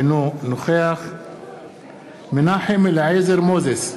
אינו נוכח מנחם אליעזר מוזס,